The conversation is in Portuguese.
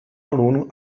aluno